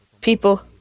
People